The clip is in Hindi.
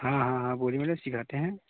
हाँ हाँ हाँ बोलिए मैडम सिखाते हैं